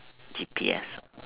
G_P_S